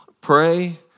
pray